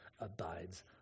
abides